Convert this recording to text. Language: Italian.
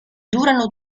durano